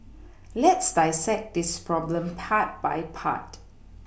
let's dissect this problem part by part